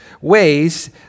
ways